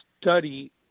study